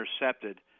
intercepted